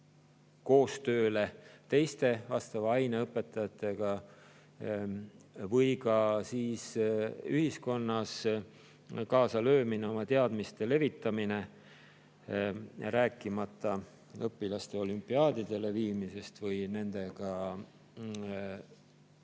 koostööd teiste vastava aine õpetajatega, või ka ühiskonnas kaasalöömine, oma teadmiste levitamine, rääkimata õpilaste olümpiaadidele viimisest või nendega erinevatest